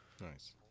Nice